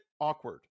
awkward